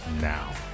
now